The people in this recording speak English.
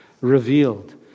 revealed